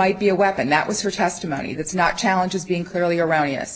might be a weapon that was her testimony that's not challenges being clearly around yes